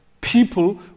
people